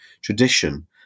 tradition